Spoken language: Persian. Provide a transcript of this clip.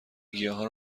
گیاهان